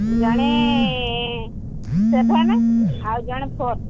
ଜଣେ ସେଭେନ ଆଉ ଜଣେ ଫୋର୍